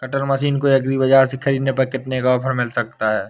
Cutter machine को agri बाजार से ख़रीदने पर कितना ऑफर मिल सकता है?